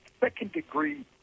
second-degree